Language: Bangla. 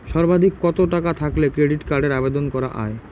সর্বাধিক কত টাকা থাকলে ক্রেডিট কার্ডের আবেদন করা য়ায়?